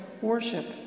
worship